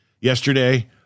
yesterday